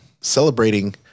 Celebrating